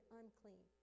unclean